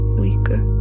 weaker